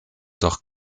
doch